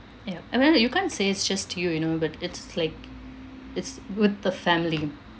yup and then you can't say it's just you you know but it's like it's with the family